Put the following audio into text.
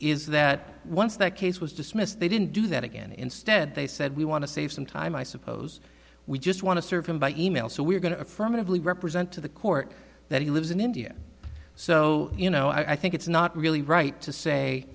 is that once that case was dismissed they didn't do that again instead they said we want to save some time i suppose we just want to serve him by e mail so we're going to affirmatively represent to the court that he lives in india so you know i think it's not really right to say